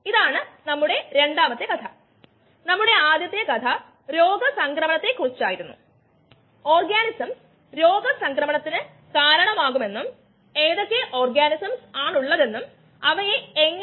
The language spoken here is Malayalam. ഇവിടെ ഉദാഹരണങ്ങൾ 6 അമിനോ പെൻസിലാനിക് ആസിഡിനുള്ള പെൻസിലിൻ അസൈലേസ് അല്ലെങ്കിൽ 6 APA പെൻസിലിൻ Gയിൽ നിന്നുള്ള ഉത്പാദനം